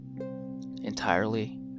entirely